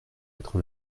être